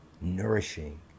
nourishing